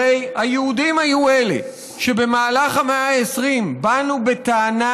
הרי היהודים היו אלה שבמאה ה-20 באו בטענה,